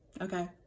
okay